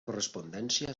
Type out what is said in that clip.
correspondència